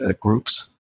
groups